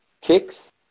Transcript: kicks